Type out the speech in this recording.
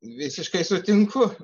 visiškai sutinku